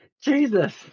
Jesus